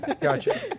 gotcha